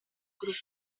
grupo